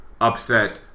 upset